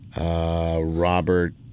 Robert